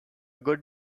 good